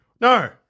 No